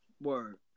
Word